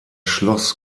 schloss